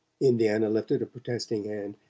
indiana lifted a protesting hand.